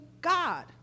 God